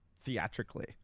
theatrically